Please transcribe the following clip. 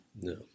No